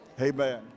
Amen